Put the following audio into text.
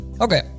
Okay